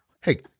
hey